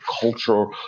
cultural